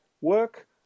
work